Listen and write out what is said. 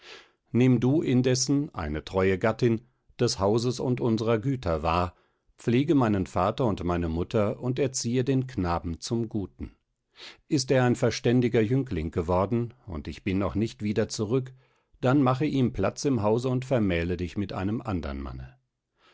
nimm du indessen eine treue gattin des hauses und unserer güter wahr pflege meinen vater und meine mutter und erziehe den knaben zum guten ist er ein verständiger jüngling geworden und ich bin noch nicht wieder zurück dann mache ihm platz im hause und vermähle dich mit einem andern manne